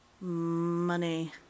Money